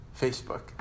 Facebook